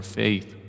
faith